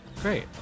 Great